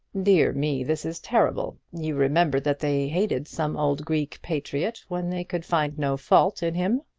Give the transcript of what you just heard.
dear me! this is terrible! you remember that they hated some old greek patriot when they could find no fault in him?